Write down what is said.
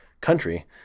country